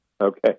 Okay